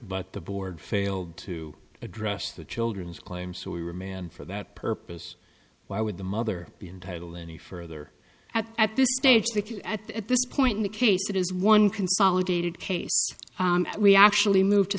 but the board failed to address the children's claims so we were man for that purpose why would the mother be entitled any further at this stage that at this point in the case it is one consolidated case we actually moved to